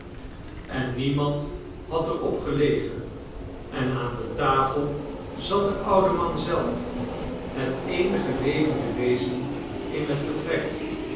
en niemand had er op gelegen en aan de tafel zat de oude man zelf net eenige levende wezen in het vertrek